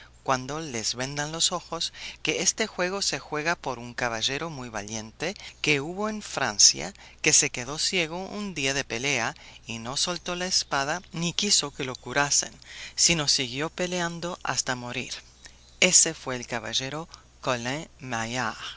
cuando les vendan los ojos que este juego se juega por un caballero muy valiente que hubo en francia que se quedó ciego un día de pelea y no soltó la espada ni quiso que lo curasen sino siguió peleando hasta morir ése fue el caballero